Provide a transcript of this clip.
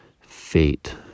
fate